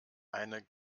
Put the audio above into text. eine